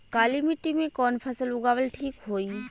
काली मिट्टी में कवन फसल उगावल ठीक होई?